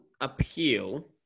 appeal